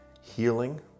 healing